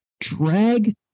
drag